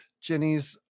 Jenny's